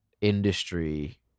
industry